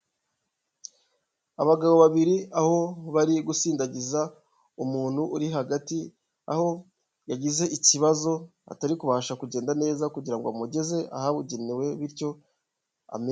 Abagabo babiri aho bari gusindagiza umuntu uri hagati, aho yagize ikibazo atari kubasha kugenda neza kugira ngo amugeze ahabugenewe bityo amenye.